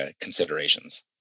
considerations